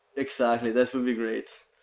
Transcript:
exactly. that would be great.